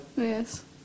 Yes